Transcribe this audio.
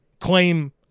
claim